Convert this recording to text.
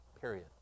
period